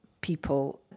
people